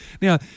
Now